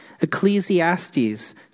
Ecclesiastes